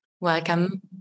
Welcome